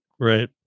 Right